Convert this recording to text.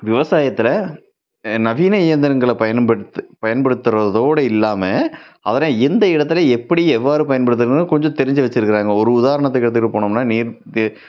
விவசாயத்தில் நவீன இயந்திரங்களை பயன்படுத்து பயன்படுத்துகிறதோட இல்லாமல் அதில் எந்த இடத்துல எப்படி எவ்வாறு பயன்படுத்தணும் கொஞ்சம் தெரிஞ்சு வச்சுருக்குறாங்க ஒரு உதாரணத்துக்கு எடுத்துகிட்டு போனமுன்னால் நீர்க்கு